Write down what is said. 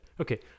Okay